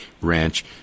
Ranch